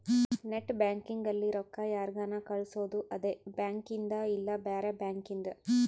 net banking ಅಲ್ಲಿ ರೊಕ್ಕ ಯಾರ್ಗನ ಕಳ್ಸೊದು ಅದೆ ಬ್ಯಾಂಕಿಂದ್ ಇಲ್ಲ ಬ್ಯಾರೆ ಬ್ಯಾಂಕಿಂದ್